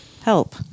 help